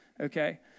okay